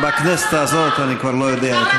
בכנסת הזאת אני כבר לא יודע,